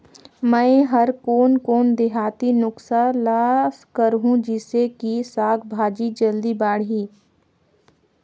मै हर कोन कोन देहाती नुस्खा ल करहूं? जिसे कि साक भाजी जल्दी बाड़ही?